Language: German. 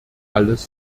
alles